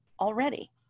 already